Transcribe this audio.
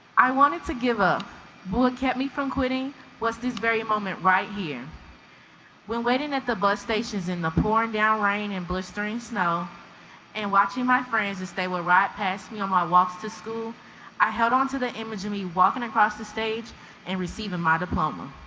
i wanted to give up what kept me from quitting what's this very moment right here when waiting at the bus stations in the pouring down rain and blistering snow and watching my friends and stay with right past me on my walks to school i held onto the image of me walking across the stage and receiving my diploma